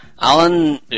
Alan